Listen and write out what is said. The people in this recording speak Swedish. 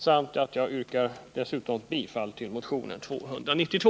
Dessutom yrkar jag bifall till motionen 292.